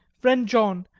friend john,